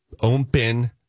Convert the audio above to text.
open